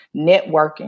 networking